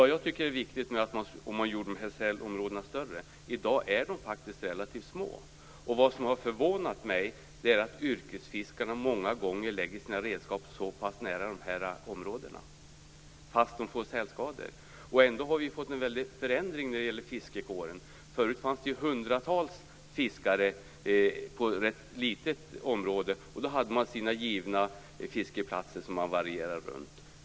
Det jag tycker är viktigt är att man gör sälområdena större. I dag är de faktiskt relativt små. Det som har förvånat mig är att yrkesfiskarna många gånger lägger sina redskap så pass nära de här områdena, fast de får sälskador. Ändå har vi fått en väldig förändring när det gäller fiskekåren. Förut fanns det hundratals fiskare på ett rätt litet område. Då hade man sina givna fiskeplatser som man varierade runt.